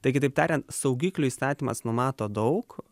tai kitaip tariant saugiklių įstatymas numato daug